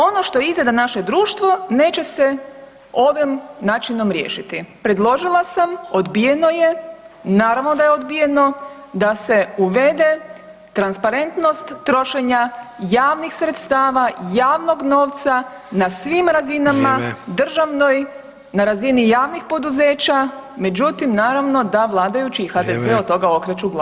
Ono što izjeda naše društvo neće se ovim načinom riješiti, predložila sam odbijeno je, naravno da je odbijeno da se uvede transparentnost trošenja javnih sredstava, javnog novca na [[Upadica Sanader: Vrijeme.]] svim razinama, državnoj, na razini javnih poduzeća, međutim da naravni i vladajući HDZ od toga okreću glavu.